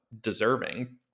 deserving